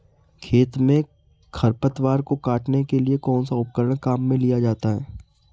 खेत में खरपतवार को काटने के लिए कौनसा उपकरण काम में लिया जाता है?